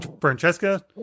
Francesca